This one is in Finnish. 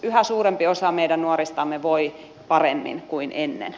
yhä suurempi osa meidän nuoristamme voi paremmin kuin ennen